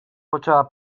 poczęła